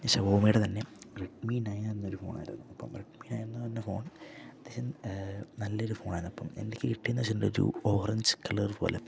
ശവൊമീടെ തന്നെ Redmi nine എന്നൊരു ഫോണായിരുന്നു അപ്പം റെഡ്മി നയൻന്ന് പറഞ്ഞ ഫോൺ അത്യാവശ്യം നല്ലൊരു ഫോണായിരുന്നു അപ്പം എനിക്ക് കിട്ടിയന്ന് വച്ചിണ്ടച്ചു ഒരു ഓറഞ്ച് കളർ പോലെ